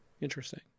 Interesting